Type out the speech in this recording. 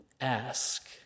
Ask